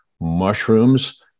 mushrooms